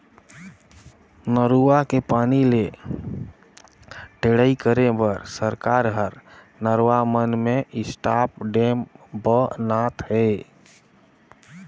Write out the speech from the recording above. नरूवा के पानी ले टेड़ई करे बर सरकार हर नरवा मन में स्टॉप डेम ब नात हे